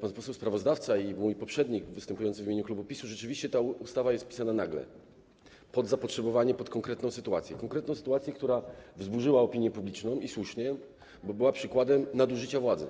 pan poseł sprawozdawca i mój poprzednik występujący w imieniu klubu PiS, ta ustawa była pisana nagle, pod zapotrzebowanie, pod konkretną sytuację, konkretną sytuację, która wzburzyła opinię publiczną, i słusznie, bo była przykładem nadużycia władzy.